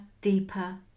deeper